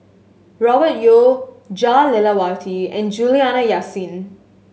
Robert Yeo Jah Lelawati and Juliana Yasin